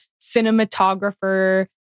cinematographer